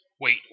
Wait